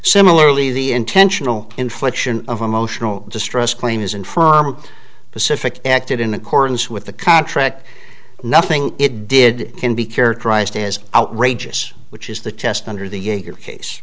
similarly the intentional infliction of emotional distress claim is in firm specific acted in accordance with the contract nothing it did can be characterized as outrageous which is the test under the